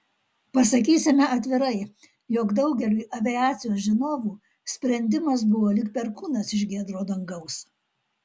pasakysime atvirai jog daugeliui aviacijos žinovų sprendimas buvo lyg perkūnas iš giedro dangaus